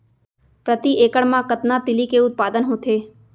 प्रति एकड़ मा कतना तिलि के उत्पादन होथे?